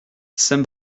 saint